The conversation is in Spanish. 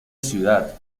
ciudad